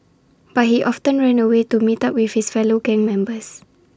but he often ran away to meet up with his fellow gang members